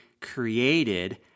created